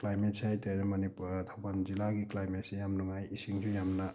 ꯀ꯭ꯂꯥꯏꯃꯦꯠꯁꯦ ꯍꯥꯏꯇꯔꯦ ꯃꯅꯤꯄꯨꯔ ꯊꯧꯕꯥꯜ ꯖꯤꯜꯂꯥꯒꯤ ꯀ꯭ꯂꯥꯏꯃꯦꯠꯁꯤ ꯌꯥꯝ ꯅꯨꯡꯉꯥꯏ ꯏꯁꯤꯡꯁꯨ ꯌꯥꯝꯅ